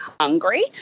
hungry